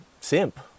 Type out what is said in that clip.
simp